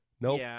Nope